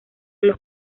los